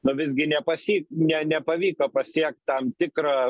na visgi nepasi ne nepavyko pasiekt tam tikro